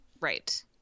right